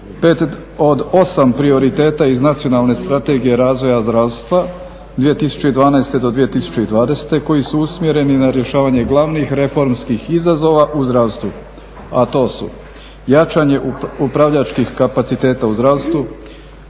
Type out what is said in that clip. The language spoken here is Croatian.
5 od 8 prioriteta iz Nacionalne strategije razvoja zdravstva 2012.-2020. koji su usmjereni na rješavanje glavnih reformskih izazova u zdravstvu. A to su, jačanje upravljačkih kapaciteta u zdravstvu,